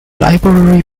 library